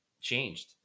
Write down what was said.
changed